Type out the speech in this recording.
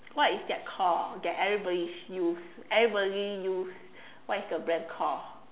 what is that called that everybody used everybody used what is the brand called